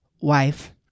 wife